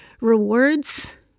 rewards